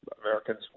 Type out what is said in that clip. Americans